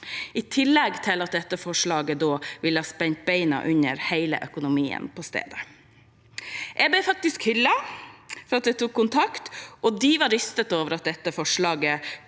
I tillegg ville dette forslaget ha spent beina under hele økonomien på stedet. Jeg ble faktisk hyllet av skolen for at jeg tok kontakt. De var rystet over at dette forslaget